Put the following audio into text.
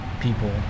people